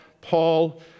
Paul